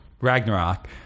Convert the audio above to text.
Ragnarok